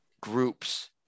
groups